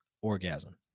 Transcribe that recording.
orgasm